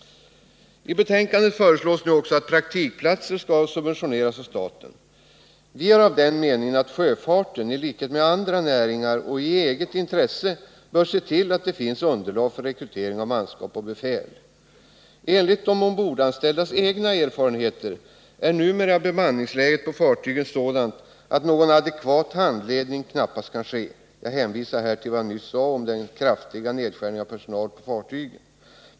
I betänkandet föreslås också att praktikplatser skall subventioneras av staten. Vi är av den meningen att sjöfarten i likhet med andra näringar och i eget intresse bör se till att det finns underlag för rekrytering av manskap och befäl. Enligt de ombordanställdas egna erfarenheter är bemanningsläget på fartygen numera sådant, att någon adekvat handledning knappast kan ske. Jag hänvisar här till vad jag nyss sade om den kraftiga nedskärningen av personal på fartygen.